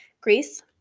Greece